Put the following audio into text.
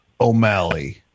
O'Malley